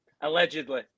Allegedly